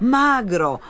magro